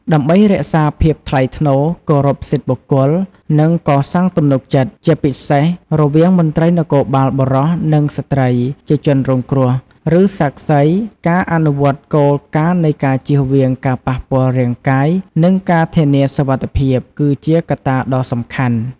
ដើម្បីរក្សាភាពថ្លៃថ្នូរ គោរពសិទ្ធិបុគ្គល និងកសាងទំនុកចិត្ត ជាពិសេសរវាងមន្ត្រីនគរបាលបុរស និងស្ត្រីជាជនរងគ្រោះ ឬសាក្សី ការអនុវត្តគោលការណ៍នៃការជៀសវាងការប៉ះពាល់រាងកាយ និងការធានាសុវត្ថិភាព គឺជាកត្តាដ៏សំខាន់។